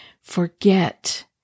forget